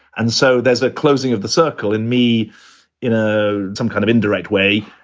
and so there's a closing of the circle in me in ah some kind of indirect way,